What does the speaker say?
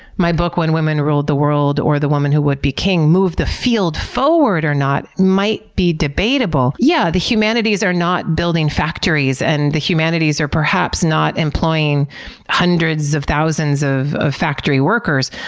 my book when women ruled the world or the woman who would be king, moved the field forward or not might be debatable. yeah, the humanities are not building factories, and the humanities are perhaps not employing hundreds of thousands of of factory workers,